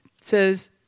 says